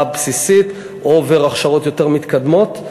בסיסית או עובר הכשרות יותר מתקדמות.